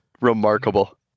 Remarkable